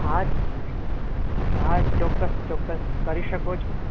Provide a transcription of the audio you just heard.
હા હા ચોક્કસ ચોક્કસ કરી શકો છો